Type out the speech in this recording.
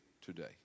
today